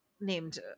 named